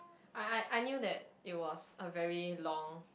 I I I knew that it was a very long